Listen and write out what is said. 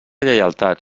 lleialtat